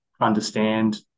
understand